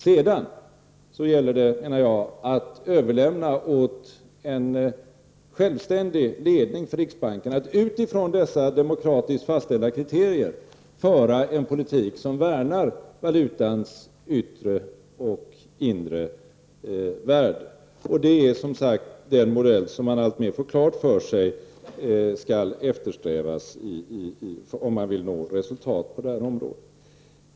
Sedan gäller det, menar jag, att överlämna åt en självständig ledning för riksbanken att utifrån dessa demokratiskt fastställda kriterier föra en politik som värnar valutans yttre och inre värde. Det är som sagt den modell som man alltmer får klart för sig skall eftersträvas om man vill nå resultat på det här området.